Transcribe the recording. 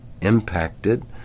impacted